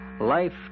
life